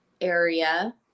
area